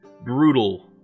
brutal